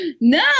no